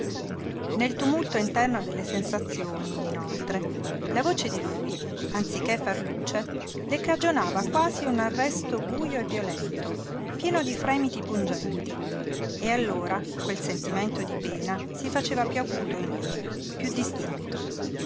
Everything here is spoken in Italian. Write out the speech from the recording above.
nel tumulto interno delle sensazioni inoltre la voce di lui anziché far luce le cagionava quasi un arresto bujo e violento pieno di fremiti pungenti e allora quel sentimento di pena si faceva piú acuto in lei piú distinto